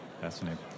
Fascinating